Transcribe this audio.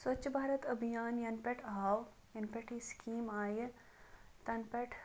سوچھ بھارت أبھیان یَنہٕ پیٚٹھ آو یعنے یَنہٕ پیٚٹھٕ یہِ سِکیٖم آیہِ تَنہٕ پیٚٹھ